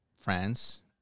France